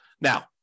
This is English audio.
Now